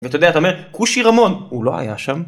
ואתה יודע אתה אומר כושי רמון הוא לא היה שם